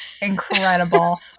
incredible